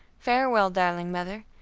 farewell, darling mother.